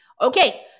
Okay